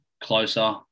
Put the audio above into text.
closer